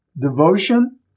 devotion